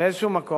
באיזה מקום,